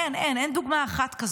אין, אין, אין דוגמה אחת כזאת.